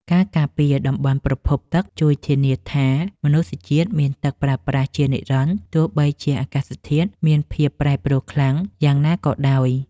ការពារតំបន់ប្រភពទឹកជួយធានាថាមនុស្សជាតិមានទឹកប្រើប្រាស់ជានិរន្តរ៍ទោះបីជាអាកាសធាតុមានភាពប្រែប្រួលខ្លាំងយ៉ាងណាក៏ដោយ។